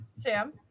Sam